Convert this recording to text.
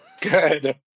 good